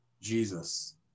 jesus